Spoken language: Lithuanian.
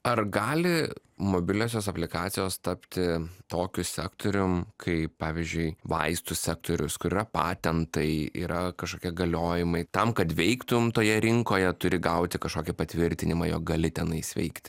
ar gali mobiliosios aplikacijos tapti tokiu sektorium kai pavyzdžiui vaistų sektorius kur yra patentai yra kažkokie galiojimai tam kad veiktumei toje rinkoje turi gauti kažkokį patvirtinimą jog gali tenais veikt